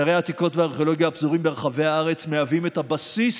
אתרי העתיקות והארכיאולוגיה הפזורים ברחבי הארץ מהווים את הבסיס